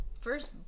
first